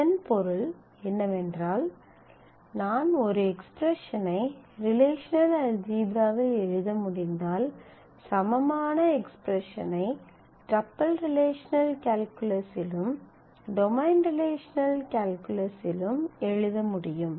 இதன் பொருள் என்னவென்றால் நான் ஒரு எக்ஸ்பிரஸன் ஐ ரிலேஷனல் அல்ஜீப்ராவில் எழுத முடிந்தால் சமமான எக்ஸ்பிரஸன் ஐ டப்பிள் ரிலேஷனல் கால்குலஸிலும் டொமைன் ரிலேஷனல் கால்குலஸிலும் எழுத முடியும்